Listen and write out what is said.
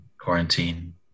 quarantine